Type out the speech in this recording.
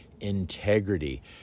integrity